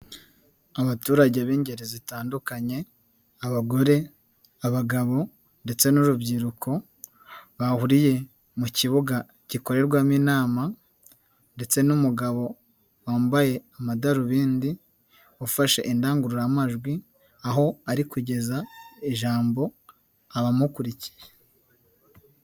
Abaturage b'ingeri zitandukanye abagore, abagabo ndetse n'urubyiruko, bahuriye mu kibuga gikorerwamo inama ndetse n'umugabo wambaye amadarubindi, ufashe indangururamajwi aho ari kugeza ijambo abamukurikiye.